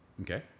Okay